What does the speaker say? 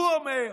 הוא אומר